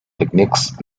techniques